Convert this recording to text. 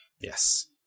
Yes